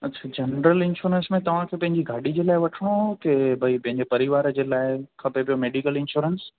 अच्छा अच्छा general insurance में तव्हांखे पंहिंजी गाॾी जे लाइ वठिणो आहे की भाई पंहिंजे परिवार जे लाइ खपे पियो मैडिकल इंश्योरेंस